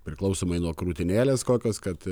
priklausomai nuo krūtinėlės kokios kad